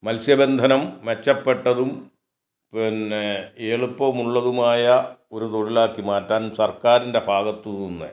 മത്സ്യബന്ധനം മെച്ചപ്പെട്ടതും പിന്നെ എളുപ്പം ഉള്ളതുമായ ഒരു തൊഴിലാക്കി മാറ്റാൻ സർക്കാരിൻ്റെ ഭാഗത്ത് നിന്ന്